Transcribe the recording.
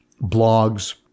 blogs